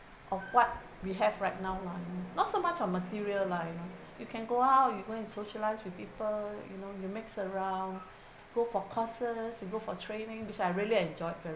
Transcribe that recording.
of what we have right now lah not so much of material lah you know you can go out you go and socialise with people you know you mix around go for courses you go for training which I really enjoyed ve~